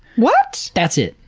what! that's it.